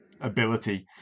ability